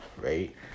right